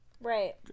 Right